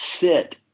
sit